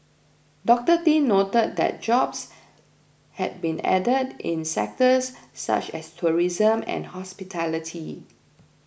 Doctor Tin noted that jobs had been added in sectors such as tourism and hospitality